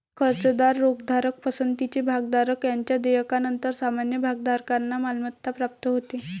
कर्जदार, रोखेधारक, पसंतीचे भागधारक यांच्या देयकानंतर सामान्य भागधारकांना मालमत्ता प्राप्त होते